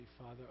Father